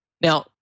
Now